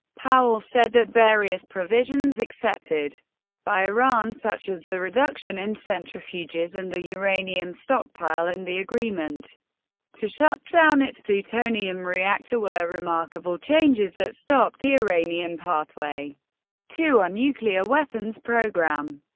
powell said that various provisions accepted by iran such as the reduction in centrifuges and the uranium stockpile and the agreement to shut down its plutonium reactor were remarkable changes that stopped the iranian pathway to a nuclear weapons program.